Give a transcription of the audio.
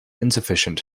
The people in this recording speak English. insufficient